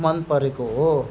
मन परेको हो